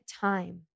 time